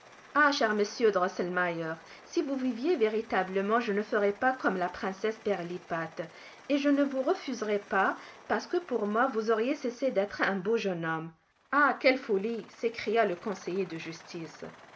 ah cher monsieur drosselmeier si vous viviez véritablement je ne ferais pas comme la princesse pirlipat et je ne vous refuserais pas parce que pour moi vous auriez cessé d'être un beau jeune homme ah quelle folie s'écria le conseiller de justice